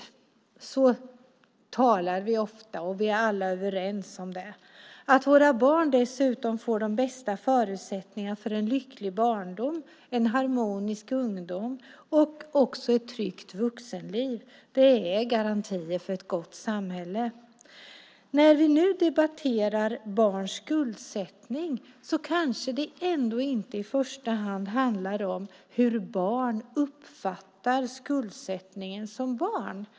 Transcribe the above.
Så talar vi ofta, och vi är alla överens om det. Att våra barn dessutom får de bästa förutsättningarna för en lycklig barndom, en harmonisk ungdom och ett tryggt vuxenliv är garantier för ett gott samhälle. När vi nu debatterar barns skuldsättning kanske det ändå inte i första hand handlar om hur barn uppfattar skuldsättningen som barn.